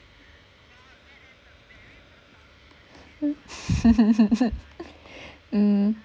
mm